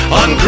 on